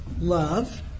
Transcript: love